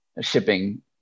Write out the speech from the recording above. shipping